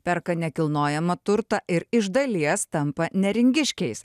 perka nekilnojamą turtą ir iš dalies tampa neringiškiais